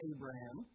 Abraham